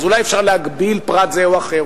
אז אולי אפשר להגביל פרט זה או אחר,